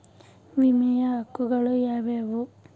ವಿಮೆಯ ಹಕ್ಕುಗಳು ಯಾವ್ಯಾವು?